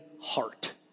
heart